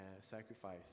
sacrifice